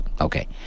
Okay